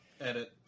Edit